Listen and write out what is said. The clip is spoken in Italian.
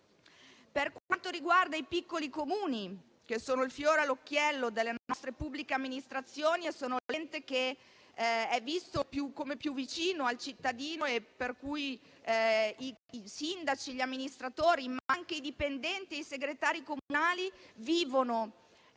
da quota 100. I piccoli Comuni, che sono il fiore all'occhiello delle nostre pubbliche amministrazioni, sono gli enti percepiti come più vicini al cittadino, per cui i sindaci, gli amministratori, ma anche i dipendenti e i segretari comunali vivono